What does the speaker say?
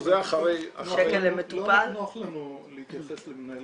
זה אחרי -- לא נוח לנו להתייחס למנהל